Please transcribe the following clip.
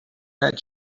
had